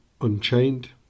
unchained